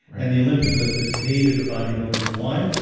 and the olympic lifters hated the bodybuilders. why?